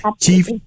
Chief